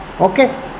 okay